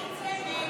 הסתייגות 36 לא